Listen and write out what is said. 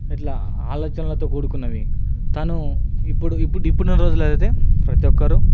ఇట్లా ఆలోచనలతో కూడుకున్నవి తను ఇప్పుడు ఇప్పుడున్న రోజుల్లో అయితే ప్రతి ఒక్కరు